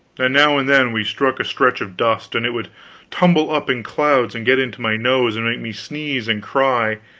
and now and then we struck a stretch of dust, and it would tumble up in clouds and get into my nose and make me sneeze and cry